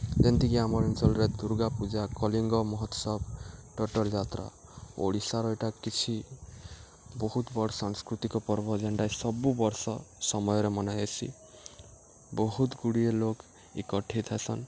ଯେନ୍ତିକି ଆମର୍ ଅଞ୍ଚଳ୍ରେ ଦୂର୍ଗା ପୂଜା କଲିଙ୍ଗ ମହୋତ୍ସବ ଛତର୍ ଯାତ୍ରା ଓଡ଼ିଶାର ଏଟା କିଛି ବହୁତ୍ ବଡ଼୍ ସାଂସ୍କୃତିକ ପର୍ବ ଯେନ୍ଟା ସବୁ ବର୍ଷ ସମୟରେ ମନାଯାଏସି ବହୁତ୍ ଗୁଡ଼ିଏ ଲୋକ୍ ଏକଠିତ୍ ହେସନ୍